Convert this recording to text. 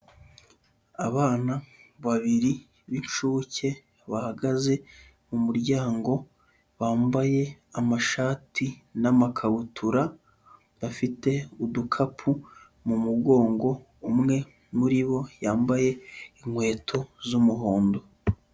Abana babiri b'incuke bahagaze mu muryango bambaye amashati n'amakabutura, bafite udukapu mu mugongo umwe muri bo yambaye inkweto z'umuhondo.